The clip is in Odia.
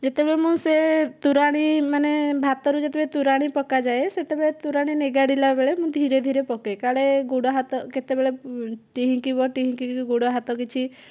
ଯେତେବେଳେ ମୁଁ ସେ ତୋରାଣୀ ମାନେ ଭାତରେ ଯେତେବେଳେ ତୋରାଣୀ ପକାଯାଏ ସେତେବେଳେ ତୋରାଣୀ ନିଗାଡ଼ିଲା ବେଳେ ମୁଁ ଧୀରେ ଧୀରେ ପକାଏ କାଳେ ଗୋଡ଼ ହାତ କେତେବେଳେ ଟିହିଁକିବ ଚିହିଙ୍କିକି ଗୋଡ଼ ହାତ କିଛି